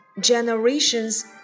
Generations